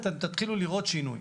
אז אתם תתחילו לראות שינוי.